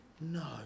No